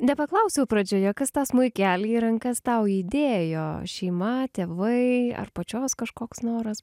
nepaklausiau pradžioje kas tą smuikelį į rankas tau įdėjo šeima tėvai ar pačios kažkoks noras